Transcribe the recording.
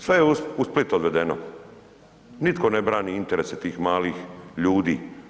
Sve je u Split odvedeno, nitko ne brani interese tih malih ljudi.